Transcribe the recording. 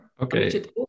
okay